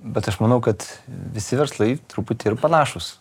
bet aš manau kad visi verslai truputį yra panašūs